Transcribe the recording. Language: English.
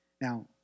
Now